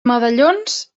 medallons